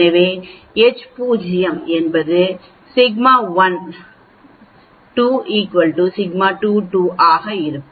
எனவே H0 என்னதுσ1 2 σ2 2 ஆக இருக்கும்